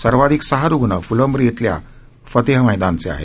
सर्वाधिक सहा रुग्ण फलंब्री इथल्या फतेहमैदानचे आहेत